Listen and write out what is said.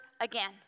again